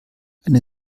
eine